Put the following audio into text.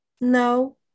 No